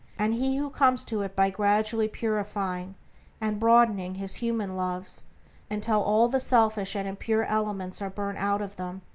and he who comes to it by gradually purifying and broadening his human loves until all the selfish and impure elements are burnt out of them,